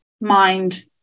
mind